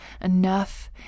enough